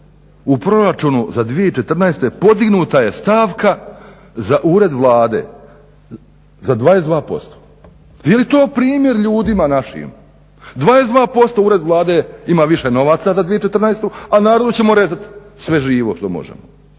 u Proračunu za 2014. podignuta je stavka za Ured Vlade za 22%. Je li to primjer ljudima našim? 22% Ured Vlade ima više novaca za 2014. a narodu ćemo rezati sve živo što možemo.